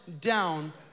down